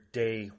day